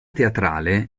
teatrale